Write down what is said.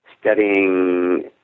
studying